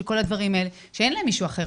של כל הדברים האלה שאין להם מישהו אחר.